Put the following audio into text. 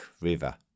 River